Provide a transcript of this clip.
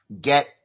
get